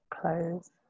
close